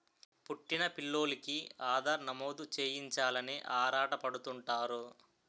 పుట్టిన పిల్లోలికి ఆధార్ నమోదు చేయించాలని ఆరాటపడుతుంటారు